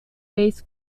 bass